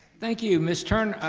thank you. mr.